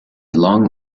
long